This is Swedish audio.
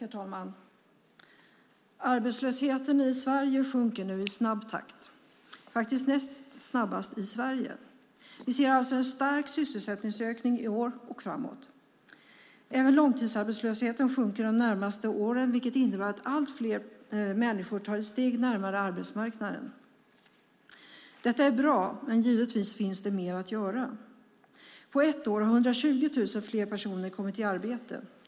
Herr talman! Arbetslösheten i Sverige sjunker nu i snabb takt - näst snabbast i Europa. Vi ser en stark sysselsättningsökning i år och framåt. Även långtidsarbetslösheten sjunker de närmaste åren, vilket innebär att allt fler människor tar ett steg närmare arbetsmarknaden. Det är bra, men det finns givetvis mer att göra. På ett år har 120 000 fler kommit i arbete.